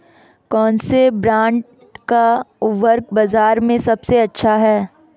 कौनसे ब्रांड का उर्वरक बाज़ार में सबसे अच्छा हैं?